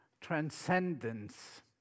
Transcendence